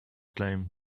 claim